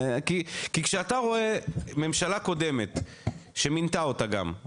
כי כשאתה רואה ממשלה קודמת שמינתה אותה גם,